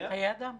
חיי אדם.